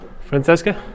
Francesca